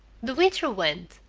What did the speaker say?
the winter went,